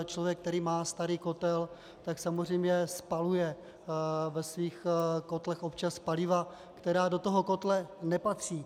Člověk, který má starý kotel, samozřejmě spaluje ve svých kotlech občas paliva, která do toho kotle nepatří.